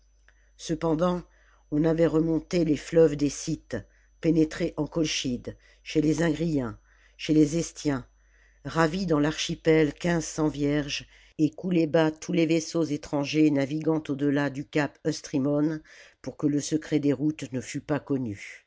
cependant on avait remonté les fleuves des scythes pénétré en colchide chez les jugriens chez les estiens ravi dans l'archipel quinze cents vierges et coulé bas tous les vaisseaux étrangers naviguant au delà du cap œstrjmon pour que le secret des routes ne fût pas connu